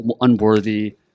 unworthy